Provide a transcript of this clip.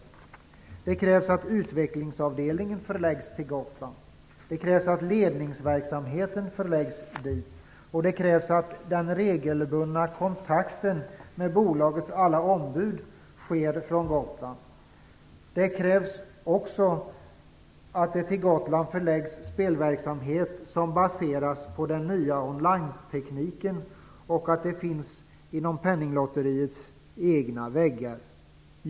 Det krävs att utvecklingsavdelningen förläggs till Gotland. Det krävs att ledningsverksamheten förläggs dit. Det krävs att den regelbundna kontakten med bolagets alla ombud sker från Gotland. Det krävs också att spelverksamhet som baseras på den nya on line-tekniken förläggs till Gotland och att den verksamheten finns inom Penninglotteriets egna väggar.